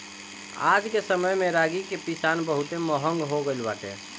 आजके समय में रागी के पिसान बहुते महंग हो गइल बाटे